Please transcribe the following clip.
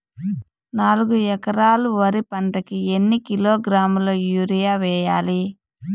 నాలుగు ఎకరాలు వరి పంటకి ఎన్ని కిలోగ్రాముల యూరియ వేయాలి?